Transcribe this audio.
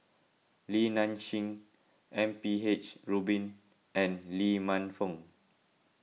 Li Nanxing M P H Rubin and Lee Man Fong